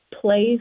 place